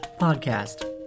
podcast